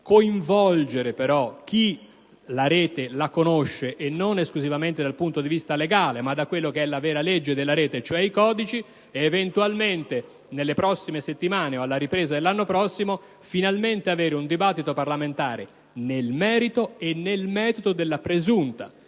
coinvolgere chi la rete la conosce e non esclusivamente dal punto di vista legale ma da quello della vera legge della rete, ossia i codici, ed eventualmente, nelle prossime settimane o alla ripresa dell'anno prossimo, finalmente svolgere un dibattito parlamentare nel merito e nel metodo della presunta